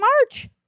march